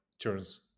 turns